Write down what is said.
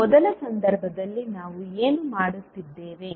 ಈಗ ಮೊದಲ ಸಂದರ್ಭದಲ್ಲಿ ನಾವು ಏನು ಮಾಡುತ್ತಿದ್ದೇವೆ